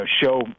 show